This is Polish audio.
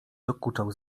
dokuczał